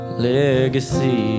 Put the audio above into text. legacy